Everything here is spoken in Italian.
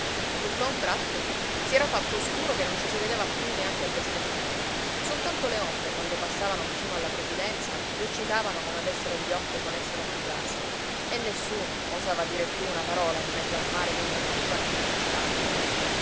io tutt'a un tratto si era fatto oscuro che non ci si vedeva più neanche a bestemmiare soltanto le onde quando passavano vicino alla provvidenza luccicavano come avessero gli occhi e volessero mangiarsela e nessuno osava dire più una parola in mezzo al mare che muggiva fin dove